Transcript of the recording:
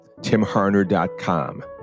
timharner.com